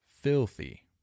filthy